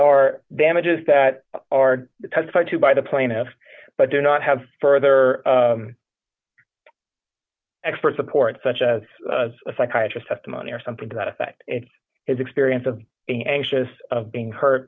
are damages that are testified to by the plaintiffs but do not have further expert support such as a psychiatrist testimony or something to that effect his experience of anxious of being hurt